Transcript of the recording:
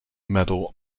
medal